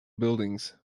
buildings